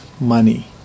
money